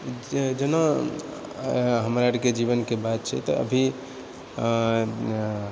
जेना हमरा आरके जीवनके बात छै तऽ अभी